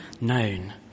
known